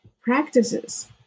practices